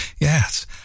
Yes